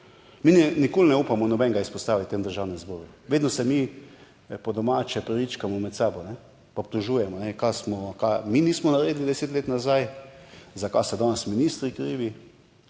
mi nikoli ne upamo nobenega izpostaviti v Državnem zboru, vedno se mi po domače rečeno pričkamo med sabo in obtožujemo, kaj smo, kaj mi nismo naredili deset let nazaj, zakaj so danes ministri krivi,